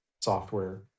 software